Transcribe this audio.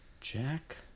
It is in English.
Jack